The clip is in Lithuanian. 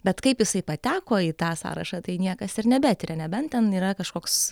bet kaip jisai pateko į tą sąrašą tai niekas ir nebetiria nebent ten yra kažkoks